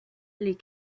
les